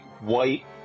white